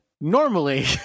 normally